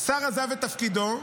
שר עזב את תפקידו,